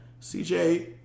CJ